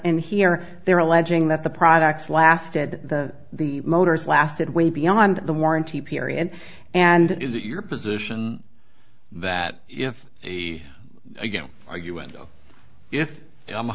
and here they are alleging that the products lasted the the motors lasted way beyond the warranty period and is it your position that if he again are you and if i'm a